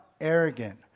arrogant